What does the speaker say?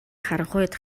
харанхуйд